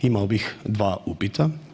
Imao bih dva upita.